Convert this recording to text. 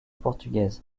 portugaise